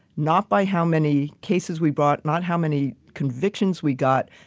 not by how many cases we bought, not how many convictions we got,